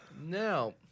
Now